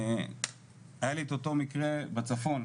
היה לי את אותו מקרה בצפון,